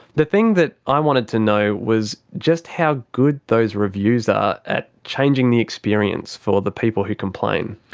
the thing that i wanted to know was just how good those reviews are at changing the experience for the people who complain.